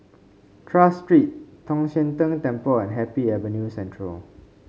Tras Street Tong Sian Tng Temple and Happy Avenue Central